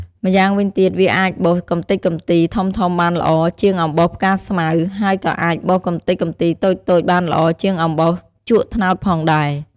ម៉្យាងវិញទៀតវាអាចបោសកម្ទេចកំទីធំៗបានល្អ ជាងអំបោសផ្កាស្មៅ ហើយក៏អាចបោសកម្ទេចកំទីតូចៗបានល្អជាងអំបោសជក់ត្នោតផងដែរ។